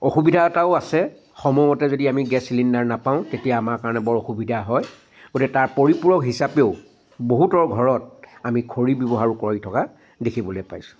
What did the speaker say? অসুবিধা এটাও আছে সময়মতে যদি আমি গেছ চিলিণ্ডাৰ নাপাওঁ তেতিয়া আমাৰ কাৰণে বৰ অসুবিধা হয় গতিকে তাৰ পৰিপূৰক হিচাপেও বহুতৰ ঘৰত আমি খৰী ব্যৱহাৰ কৰি থকা দেখিবলৈ পাইছোঁ